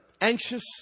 anxious